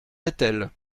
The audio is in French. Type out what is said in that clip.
rethel